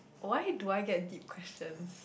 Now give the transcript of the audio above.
why do I get deep questions